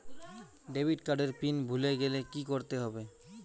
Debit card এর pin ভুলে গেলে কি করতে হবে?